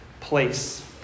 place